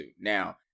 Now